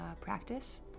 practice